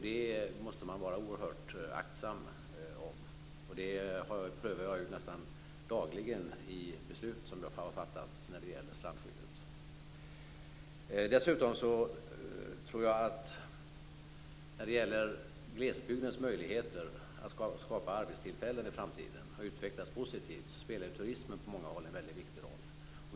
Det måste man vara oerhört aktsam om. Jag prövar beslut som gäller strandskyddet nästan dagligen. När det gäller glesbygdens möjligheter att skapa arbetstillfällen i framtiden och att utvecklas positivt tror jag att turismen spelar en väldigt viktig roll på många håll.